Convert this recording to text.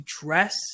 dress